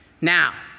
Now